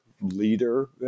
leader